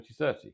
2030